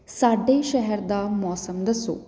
ਸਾਡੇ ਸ਼ਹਿਰ ਦਾ ਮੌਸਮ ਦੱਸੋ